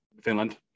Finland